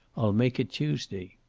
i'll make it tuesday.